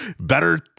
better